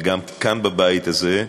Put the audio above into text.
וגם כאן בבית הזה,